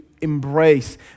embrace